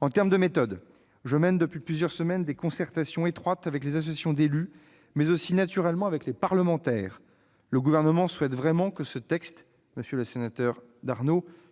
En termes de méthode, je mène depuis plusieurs semaines des concertations étroites avec les associations d'élus, mais aussi naturellement avec les parlementaires. Le Gouvernement souhaite vraiment que ce texte